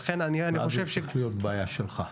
ואז זה הופך להיות בעיה שלך.